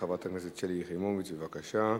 חברת הכנסת שלי יחימוביץ, בבקשה.